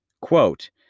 quote